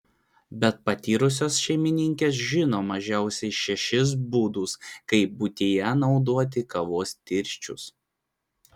bet patyrusios šeimininkės žino mažiausiai šešis būdus kaip buityje naudoti kavos tirščius